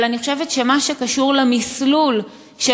אבל אני חושבת שמה שקשור למִסלול של